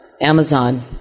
Amazon